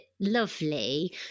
lovely